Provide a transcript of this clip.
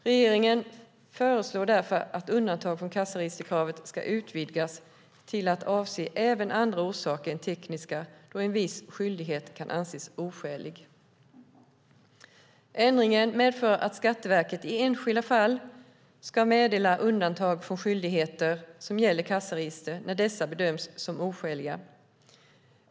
Regeringen föreslår därför att undantaget från kassaregisterkravet ska utvidgas till att avse även andra orsaker än tekniska då en viss skyldighet kan anses oskälig. Ändringen medför att Skatteverket i enskilda fall ska meddela undantag från skyldigheter som gäller kassaregister, när dessa bedöms som oskäliga.